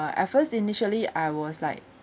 uh at first initially I was like